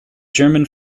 german